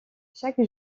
chaque